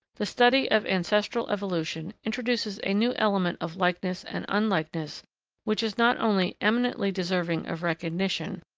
the study of ancestral evolution introduces a new element of likeness and unlikeness which is not only eminently deserving of recognition,